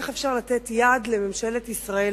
איך אפשר לתת יד לממשלת ישראל